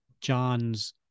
John's